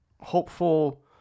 Hopeful